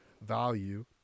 value